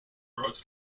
roads